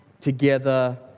together